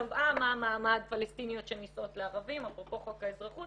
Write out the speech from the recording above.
קבעה מה מעמד פלשתיניות שנישאות לערבים אפרופו חוק האזרחות